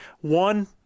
one